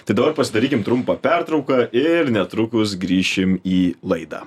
tai dabar pasidarykim trumpą pertrauką ir netrukus grįšim į laidą